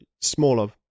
smaller